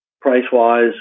Price-wise